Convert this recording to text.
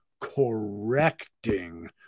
correcting